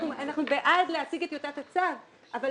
אנחנו בעד להציג את טיוטת הצו, אבל